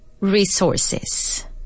resources